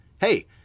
hey